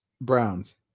Browns